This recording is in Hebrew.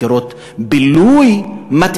מדברים על מסגרות בילוי מתאימות,